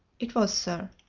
it was, sir.